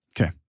Okay